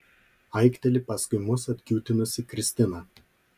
aikteli paskui mus atkiūtinusi kristina